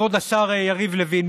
כבוד השר יריב לוין,